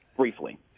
Briefly